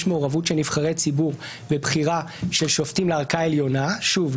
יש מעורבות של נבחרי ציבור בבחירה של שופטים לערכאה העליונה שוב,